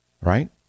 right